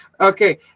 Okay